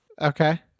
Okay